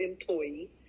employee